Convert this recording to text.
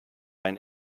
ein